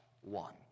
one